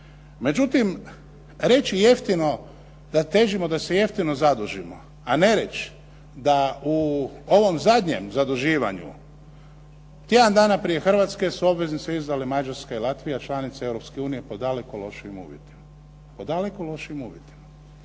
Međutim, reći jeftino da težimo da se jeftino zadužimo, a ne reći da u ovom zadnjem zaduživanju tjedan prije Hrvatske su obveznice izdale Mađarska i Latvija, članice Europske unije, po daleko lošijim uvjetima,